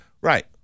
right